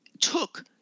took